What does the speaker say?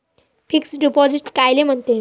Fix deposit कायले म्हनते?